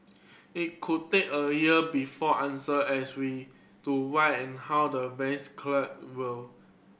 it could take a year before answer as we to why and how the once collided will